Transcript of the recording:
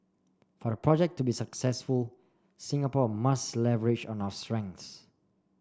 for the project to be successful Singapore must leverage on our strengths